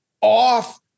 off